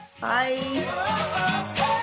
Bye